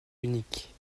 unique